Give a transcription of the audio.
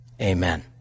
amen